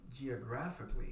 geographically